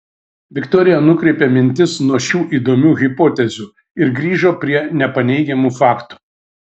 viktorija nukreipė mintis nuo šių įdomių hipotezių ir grįžo prie nepaneigiamų faktų